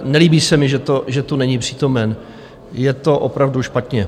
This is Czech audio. Nelíbí se mi, že tu není přítomen, je to opravdu špatně.